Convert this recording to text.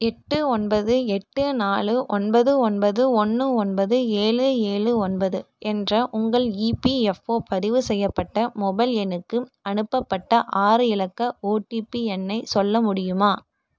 எட்டு ஒன்பது எட்டு நாலு ஒன்பது ஒன்பது ஒன்று ஒன்பது ஏழு ஏழு ஒன்பது என்ற உங்கள் இபிஎஃப்ஓ பதிவு செய்யப்பட்ட மொபைல் எண்ணுக்கு அனுப்பப்பட்ட ஆறு இலக்க ஓடிபி எண்ணை சொல்ல முடியுமா